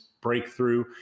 breakthrough